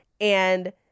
And-